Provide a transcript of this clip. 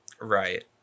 Right